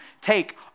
take